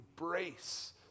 embrace